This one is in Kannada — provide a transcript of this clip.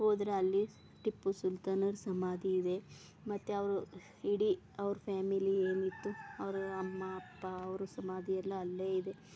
ಹೋದ್ರೆ ಅಲ್ಲಿ ಟಿಪ್ಪು ಸುಲ್ತಾನರ ಸಮಾಧಿ ಇದೆ ಮತ್ತು ಅವರು ಇಡೀ ಅವ್ರ ಫ್ಯಾಮಿಲಿ ಏನಿತ್ತು ಅವರು ಅಮ್ಮ ಅಪ್ಪ ಅವರು ಸಮಾಧಿ ಎಲ್ಲ ಅಲ್ಲೇ ಇದೆ